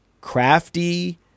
crafty